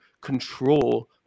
control